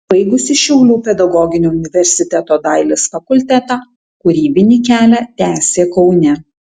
baigusi šiaulių pedagoginio universiteto dailės fakultetą kūrybinį kelią tęsė kaune